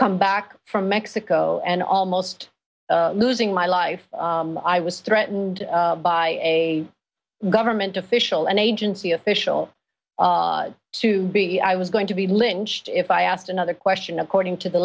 come back from mexico and almost losing my life i was threatened by a government official and agency official to be i was going to be lynched if i asked another question according to the